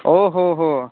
ओहोहो